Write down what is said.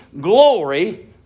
glory